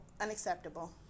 unacceptable